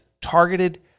targeted